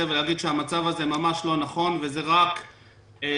ולהגיד שהמצב הזה ממש לא נכון וזה רק דמגוגיה,